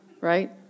right